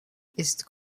ist